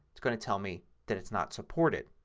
it's going to tell me that it's not supported.